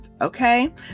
Okay